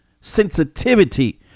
sensitivity